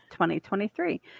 2023